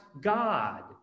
God